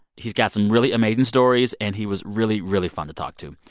he's got some really amazing stories, and he was really, really fun to talk to.